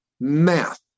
Math